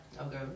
Okay